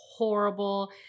Horrible